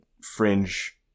fringe